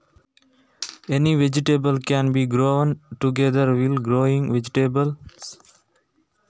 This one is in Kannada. ತರಕಾರಿ ಬೆಳೆಯುವಾಗ ಯಾವುದೆಲ್ಲ ತರಕಾರಿಗಳನ್ನು ಒಟ್ಟಿಗೆ ಬೆಳೆಸಬಹುದು?